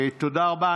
תודה רבה,